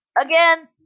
Again